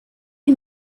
who